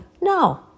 No